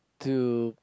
to